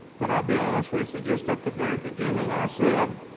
but i'll be honest with just just at the very beginning i said,